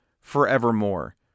forevermore